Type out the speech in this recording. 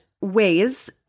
ways